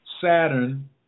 Saturn